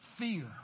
Fear